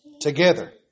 together